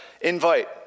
invite